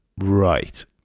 Right